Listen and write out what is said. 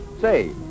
Say